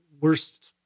worst